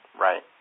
Right